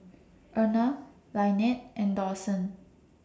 Erna Lynette and Dawson